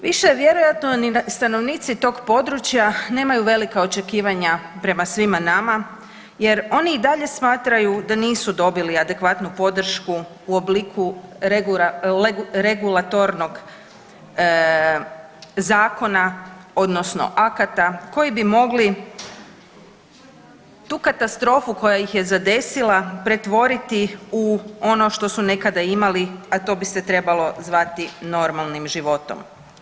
Više vjerovatno ni stanovnici tog područja nemaju velika očekivanja prema svima nama, jer oni i dalje smatraju da nisu dobili adekvatnu podršku u obliku regulatornog zakona, odnosno akata koji bi mogli tu katastrofu koja ih je zadesila pretvoriti u ono što su nekada imali, a to bi se trebalo zvati normalnim životom.